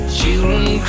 Children